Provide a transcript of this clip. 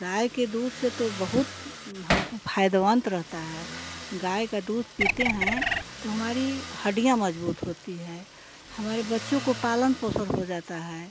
गाय के दूध से तो बहुत हमको फायदवांत रहता है गाय का दूध पीते हैं तो हमारी हड्डियाँ मजबूत होती हैं हमारे बच्चों को पालन पोषण हो जाता है